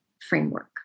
framework